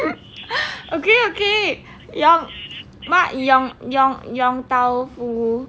okay okay yong mark yong yong yong tau foo